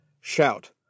Shout